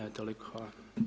Evo toliko, hvala.